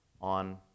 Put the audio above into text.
on